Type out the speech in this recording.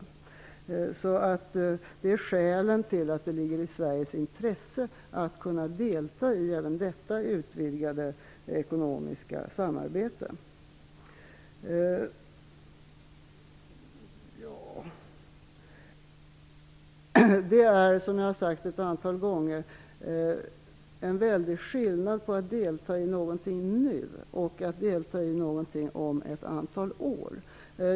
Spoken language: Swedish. Det här är skälen till att det ligger i Sveriges intresse att kunna delta även i detta utvidgade ekonomiska samarbete. Som jag har sagt ett antal gånger är det en väldig skillnad mellan att delta i någonting nu och mellan att delta i någonting om ett antal år.